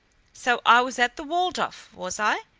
so i was at the waldorf, was i?